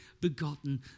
begotten